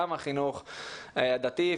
גם החינוך הדתי,